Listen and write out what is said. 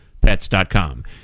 Pets.com